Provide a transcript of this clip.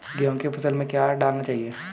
गेहूँ की फसल में क्या क्या डालना चाहिए?